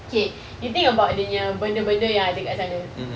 okay you think about dia punya benda-benda yang ada dekat sana